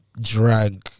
drag